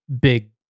big